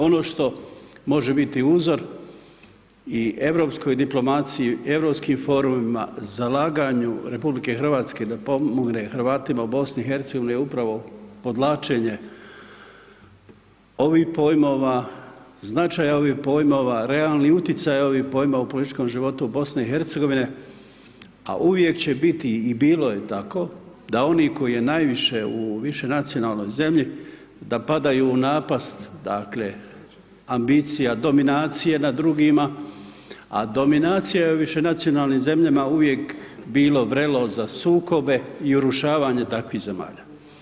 Ono što može biti uzor i europskoj diplomaciji, europskim forumima, zalaganju RH da pomogne Hrvatima u BiH je upravo podvlačenje ovih pojmova, značaj ovih pojmova, realni utjecaj ovih pojmova u političkom životu BiH, a uvijek će biti i bilo je tako da oni koji je najviše u višenacionalnoj zemlji da padaju u napast, dakle ambicija dominacije nad drugima, a dominacija je u višenacionalnim zemljama uvijek bilo vrelo za sukobe i urušavanje takvih zemalja.